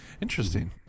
Interesting